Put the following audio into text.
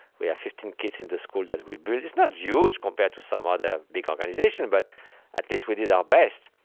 we have fifteen kids in the school that we built. it's not huge, compared to some other big organizations, but at least we did our best.